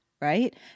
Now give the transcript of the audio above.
right